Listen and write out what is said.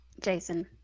Jason